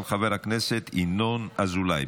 של חבר הכנסת ינון אזולאי.